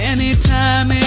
Anytime